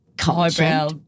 highbrow